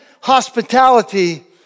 hospitality